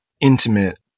intimate